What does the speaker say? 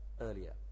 earlier